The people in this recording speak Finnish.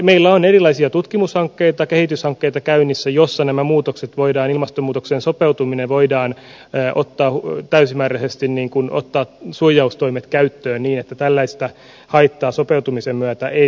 meillä on erilaisia tutkimushankkeita kehityshankkeita käynnissä jossa nämä muutokset voidaan ilmastomuutokseen sopeutuminen joissa ilmastonmuutokseen sopeutumisessa täysimääräisesti voidaan ottaa suojaustoimet käyttöön niin että tällaista haittaa sopeutumisen myötä ei tule